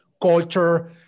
culture